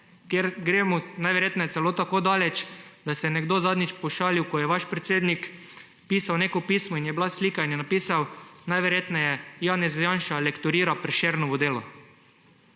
ker gremo najverjetneje celo tako daleč, da se je nekdo zadnjič pošalil ob sliki, ko je vaš predsednik pisal neko pismo; in je napisal –najverjetneje Janez Janša lektorira Prešernovo delo.